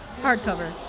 hardcover